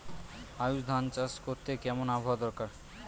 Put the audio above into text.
আউশ ধান চাষ করতে কেমন আবহাওয়া দরকার?